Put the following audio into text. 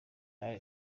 nawe